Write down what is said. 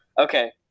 Okay